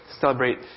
celebrate